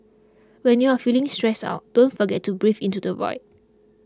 when you are feeling stressed out don't forget to breathe into the void